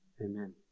Amen